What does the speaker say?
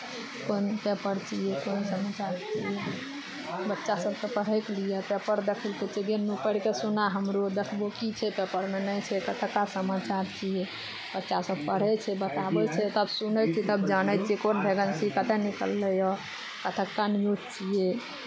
कोन पेपर छियै कोन समाचार छियै बच्चा सभके पढ़ैके लिए पेपर देखय लेल कहै छियै गे नूनू पढ़ि कऽ सुना हमरो देखबो की छै पेपरमे नहि छै कतक्का समाचार छियै बच्चासभ पढ़ै छै बताबै छै तब सुनै छियै तब जानै छियै कोन भेगेन्सी कतय निकललैए कतक्का न्यूज छियै